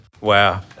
Wow